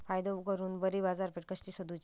फायदो करून बरी बाजारपेठ कशी सोदुची?